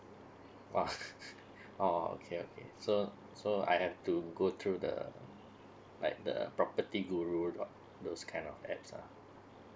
oh oh okay okay so so I have to go through the like the propertyguru tho~ those kind of apps ah